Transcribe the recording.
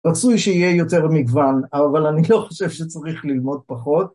רצוי שיהיה יותר מגוון, אבל אני לא חושב שצריך ללמוד פחות.